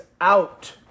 out